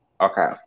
Okay